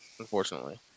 Unfortunately